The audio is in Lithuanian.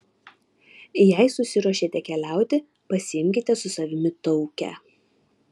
jei susiruošėte keliauti pasiimkite su savimi taukę